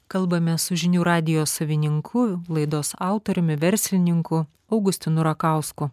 kalbamės su žinių radijo savininku laidos autoriumi verslininku augustinu rakausku